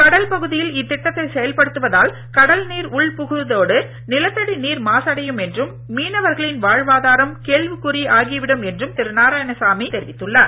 கடல் பகுதியில் இத்திட்டத்தை செயல்படுத்துவதால் கடல் நீர் உள்புகுவதோடு நிலத்தடி நீர் மாசடையும் என்றும் மீனவர்களின் வாழ்வாதாரம் கேள்விக்குறி ஆகி விடும் என்றும் திரு நாராயணசாமி தெரிவித்தார்